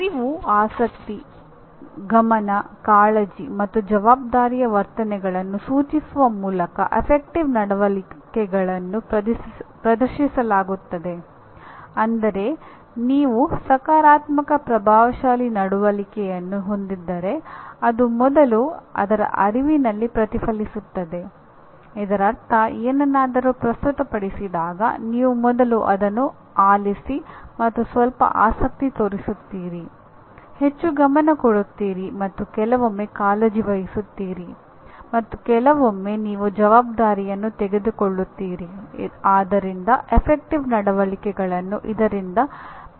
ಅರಿವು ಆಸಕ್ತಿ ಗಮನ ಕಾಳಜಿ ಮತ್ತು ಜವಾಬ್ದಾರಿಯ ವರ್ತನೆಗಳನ್ನು ಸೂಚಿಸುವ ಮೂಲಕ ಅಫೆಕ್ಟಿವ್ ನಡವಳಿಕೆಗಳನ್ನು ಇದರಿಂದ ಪ್ರದರ್ಶಿಸಲಾಗುತ್ತದೆ